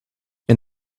and